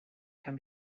can